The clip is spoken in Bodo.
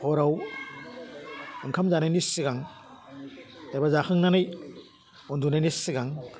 हराव ओंखाम जानायनि सिगां एबा जाखांनानै उन्दुनायनि सिगां